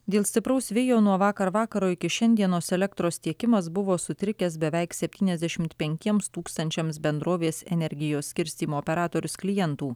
dėl stipraus vėjo nuo vakar vakaro iki šiandienos elektros tiekimas buvo sutrikęs beveik septyniasdešimt penkiems tūkstančiams bendrovės energijos skirstymo operatorius klientų